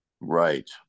right